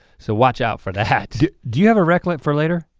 so watch out for that. do you have a rec like for later?